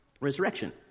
resurrection